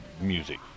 music